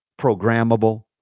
programmable